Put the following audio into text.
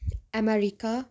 America